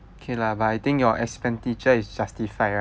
okay lah but I think your expenditure is justified right